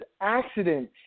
accident